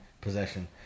possession